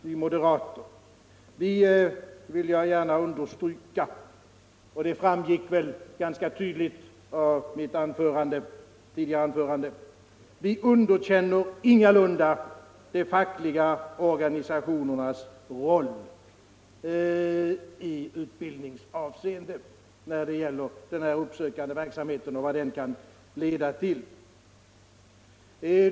Vi moderater å vår sida — det framgick väl ganska tydligt av mitt tidigare anförande — underkänner ingalunda de fackliga organisationernas roll i utbildningsavseende när det gäller den uppsökande verksamheten och vad den kan leda till.